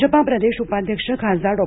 भाजपा प्रदेश उपाध्यक्ष खासदार डॉ